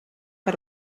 per